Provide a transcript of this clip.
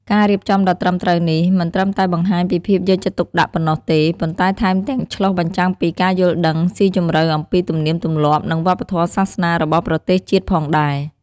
ការរៀបចំដ៏ត្រឹមត្រូវនេះមិនត្រឹមតែបង្ហាញពីភាពយកចិត្តទុកដាក់ប៉ុណ្ណោះទេ ប៉ុន្តែថែមទាំងឆ្លុះបញ្ចាំងពីការយល់ដឹងស៊ីជម្រៅអំពីទំនៀមទម្លាប់ និងវប្បធម៌សាសនារបស់ប្រទេសជាតិផងដែរ។